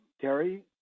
Terry